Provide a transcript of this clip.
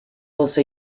also